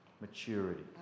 maturity